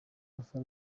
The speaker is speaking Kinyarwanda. alpha